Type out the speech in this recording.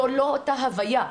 זו לא אותה הוויה.